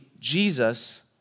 Jesus